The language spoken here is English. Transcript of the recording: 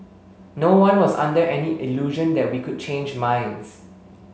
no one was under any illusion that we could change minds